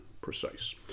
precise